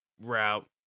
route